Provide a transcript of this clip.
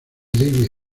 debbie